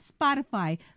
Spotify